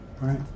right